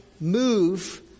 move